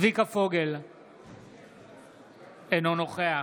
אינו נוכח